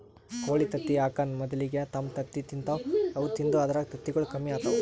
ಕೋಳಿ ತತ್ತಿ ಹಾಕಾನ್ ಮೊದಲಿಗೆ ತಮ್ ತತ್ತಿ ತಿಂತಾವ್ ಅವು ತಿಂದು ಅಂದ್ರ ತತ್ತಿಗೊಳ್ ಕಮ್ಮಿ ಆತವ್